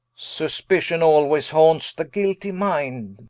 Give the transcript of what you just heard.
suspition alwayes haunts the guilty minde,